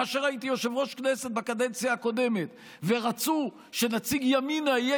כאשר הייתי יושב-ראש כנסת בקדנציה הקודמת ורצו שנציג ימינה יהיה